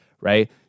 right